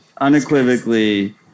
unequivocally